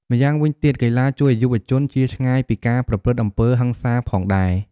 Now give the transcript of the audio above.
ម្យ៉ាងវិញទៀត កីឡាជួយឲ្យយុវជនជៀសឆ្ងាយពីការប្រព្រឹត្តអំពើហិង្សាផងដែរ។